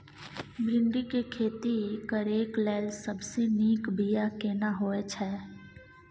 भिंडी के खेती करेक लैल सबसे नीक बिया केना होय छै?